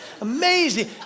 amazing